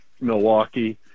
Milwaukee